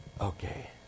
Okay